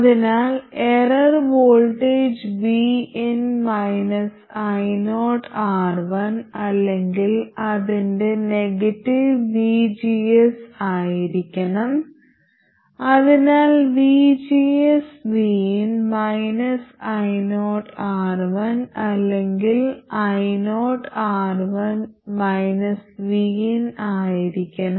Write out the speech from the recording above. അതിനാൽ error voltage vin ioR1 അല്ലെങ്കിൽ അതിന്റെ നെഗറ്റീവ് vgs ആയിരിക്കണം അതിനാൽ vgs vin ioR1 അല്ലെങ്കിൽ ioR1 vinആയിരിക്കണം